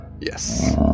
Yes